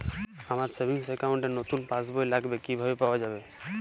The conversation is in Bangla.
আমার সেভিংস অ্যাকাউন্ট র নতুন পাসবই লাগবে, কিভাবে পাওয়া যাবে?